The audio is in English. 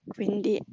Quindi